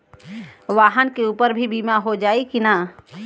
वाहन के ऊपर भी बीमा हो जाई की ना?